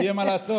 שיהיה מה לעשות.